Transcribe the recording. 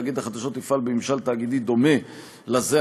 תאגיד החדשות יפעל בממשל תאגידי דומה לזה